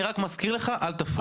אני רק מזכיר לך לא להפריע.